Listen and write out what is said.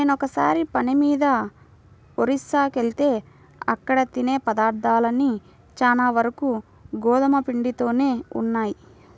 నేనొకసారి పని మీద ఒరిస్సాకెళ్తే అక్కడ తినే పదార్థాలన్నీ చానా వరకు గోధుమ పిండితోనే ఉన్నయ్